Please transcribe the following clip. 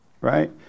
right